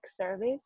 service